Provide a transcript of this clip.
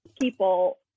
people